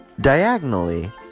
diagonally